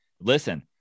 Listen